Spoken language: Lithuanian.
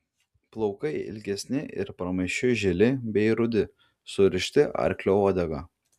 plaukai ilgesni ir pramaišiui žili bei rudi surišti arklio uodega